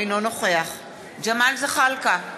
אינו נוכח ג'מאל זחאלקה,